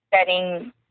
setting